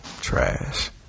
Trash